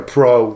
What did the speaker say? Pro